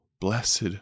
blessed